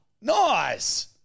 nice